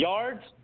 Yards